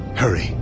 Hurry